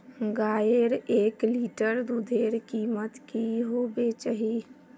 गायेर एक लीटर दूधेर कीमत की होबे चही?